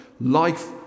Life